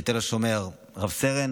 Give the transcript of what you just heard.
רב-סרן